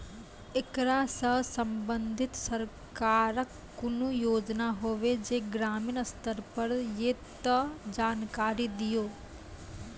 ऐकरा सऽ संबंधित सरकारक कूनू योजना होवे जे ग्रामीण स्तर पर ये तऽ जानकारी दियो?